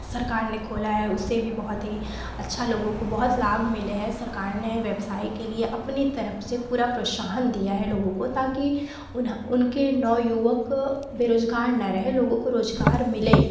सरकार ने खोला है उससे भी बहुत ही अच्छा लोगों को बहुत लाभ मिले हैं सरकार ने व्यवसाय के लिए अपनी तरफ से पूरा प्रोत्साहन दिया है लोगों को ताकि उन्ह उनके नवयुवक बेरोज़गार ना रहे लोगों कोर रोज़गार मिले